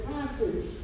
passage